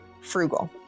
frugal